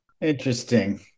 Interesting